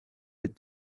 wyt